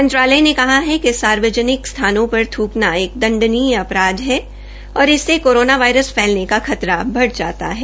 मंत्रालय ने कहा कि सार्वजनिक स्थानों पर थूकना एक दंडनीय अपराध है और इससे कोरोना वायरस फैलने का खतरा बढ़ जाता है